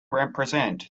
represent